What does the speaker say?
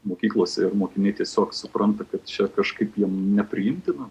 mokyklose ir mokiniai tiesiog supranta kad čia kažkaip jiem nepriimtina